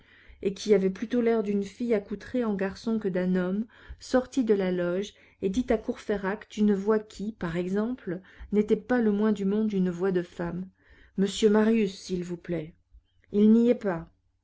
et qui avait plutôt l'air d'une fille accoutrée en garçon que d'un homme sortit de la loge et dit à courfeyrac d'une voix qui par exemple n'était pas le moins du monde une voix de femme monsieur marius s'il vous plaît il n'y est pas